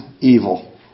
evil